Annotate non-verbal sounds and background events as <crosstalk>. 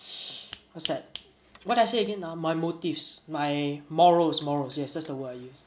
<breath> <noise> what's that what I did say again now my motives my morals morals yes that's the word I use